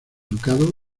ducado